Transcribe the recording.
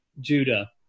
Judah